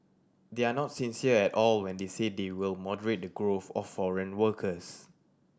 they are not sincere at all when they say they will moderate the growth of foreign workers